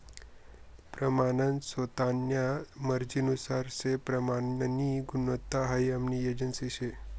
प्रमानन स्वतान्या मर्जीनुसार से प्रमाननी गुणवत्ता हाई हमी एजन्सी शे